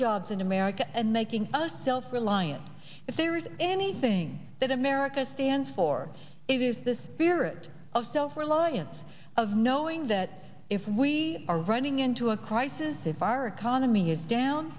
jobs in america and making us self reliant if there's anything that america stands for it is the spirit of self reliance of knowing that if we are running into a crisis if our economy is down